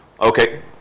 okay